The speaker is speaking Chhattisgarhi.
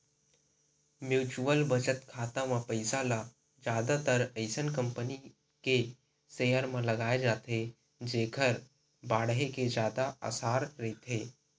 म्युचुअल बचत खाता म पइसा ल जादातर अइसन कंपनी के सेयर म लगाए जाथे जेखर बाड़हे के जादा असार रहिथे